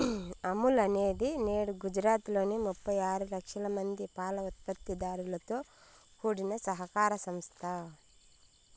అమూల్ అనేది నేడు గుజరాత్ లోని ముప్పై ఆరు లక్షల మంది పాల ఉత్పత్తి దారులతో కూడిన సహకార సంస్థ